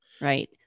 Right